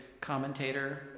commentator